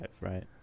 right